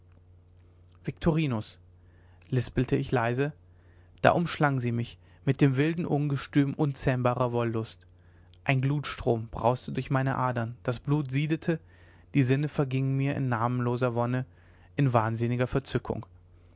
viktorinus lispelte ich leise da umschlang sie mich mit dem wilden ungestüm unbezähmbarer wollust ein glutstrom brauste durch meine adern das blut siedete die sinne vergingen mir in namenloser wonne in wahnsinniger verzückung